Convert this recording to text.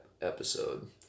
episode